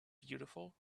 beautiful